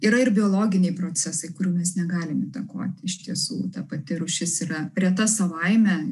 yra ir biologiniai procesai kurių mes negalim įtakoti iš tiesų ta pati rūšis yra reta savaime